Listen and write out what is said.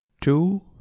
Two